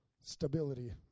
Stability